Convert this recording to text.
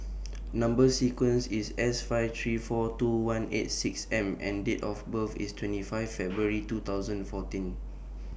Number sequence IS S five three four two one eight six M and Date of birth IS twenty five February two thousand fourteen